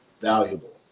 valuable